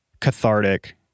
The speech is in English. cathartic